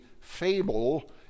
fable